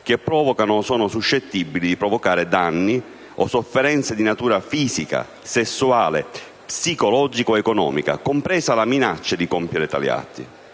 o sono suscettibili di provocare danni o sofferenze di natura fisica, sessuale, psicologica o economica, comprese le minacce di compiere tali atti,